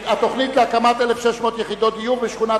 התוכנית להקמת 1,600 יחידות דיור בשכונת